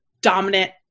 dominant